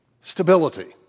stability